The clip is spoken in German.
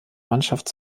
mannschaft